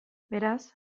beraz